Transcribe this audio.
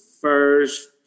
first